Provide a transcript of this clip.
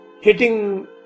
Hitting